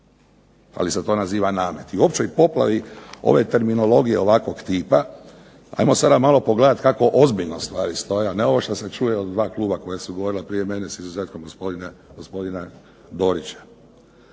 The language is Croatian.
ali se to naziva namet. I u općoj poplavi ove terminologije ovakvog tipa ajmo sada malo pogledat kako ozbiljno stvari stoje, a ne ovo što se čuje od dva kluba koja su govorila prije mene, s izuzetkom gospodina Dorića.